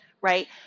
right